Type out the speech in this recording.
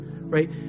right